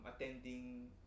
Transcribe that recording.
attending